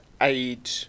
aid